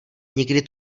nikdy